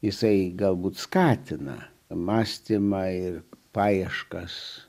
jisai galbūt skatina mąstymą ir paieškas